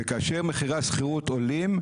וכאשר מחירי השכירות עולים,